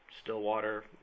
Stillwater